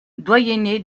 doyenné